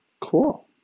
Cool